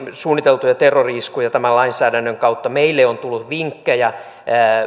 suunniteltuja terrori iskuja tämän lainsäädännön kautta meille on tullut vinkkejä